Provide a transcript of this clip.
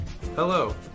Hello